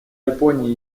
японии